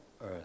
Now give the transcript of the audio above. earth